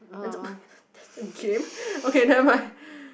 I don't that's a game okay never mind